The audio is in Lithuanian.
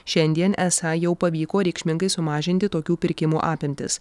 šiandien esą jau pavyko reikšmingai sumažinti tokių pirkimų apimtis